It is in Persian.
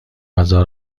غذا